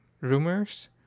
rumors